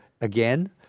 again